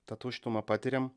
tą tuštumą patiriam